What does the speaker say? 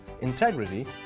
integrity